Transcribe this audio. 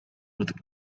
with